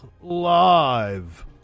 live